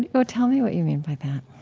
you know tell me what you mean by that